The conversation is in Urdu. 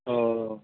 او